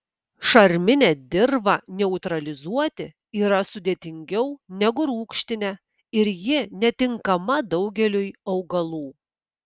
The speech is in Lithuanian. šarminę dirvą neutralizuoti yra sudėtingiau negu rūgštinę ir ji netinkama daugeliui augalų